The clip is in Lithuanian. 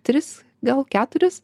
tris gal keturis